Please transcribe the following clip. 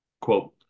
quote